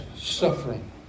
suffering